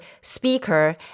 speaker